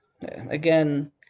again